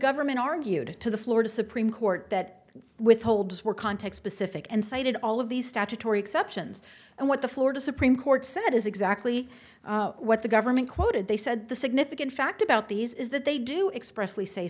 government argued to the florida supreme court that withholds were context specific and cited all of these statutory exceptions and what the florida supreme court said is exactly what the government quoted they said the significant fact about these is that they do express li say